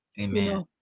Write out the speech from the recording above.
Amen